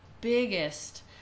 biggest